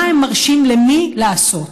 מה הם מרשים למי לעשות.